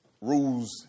rules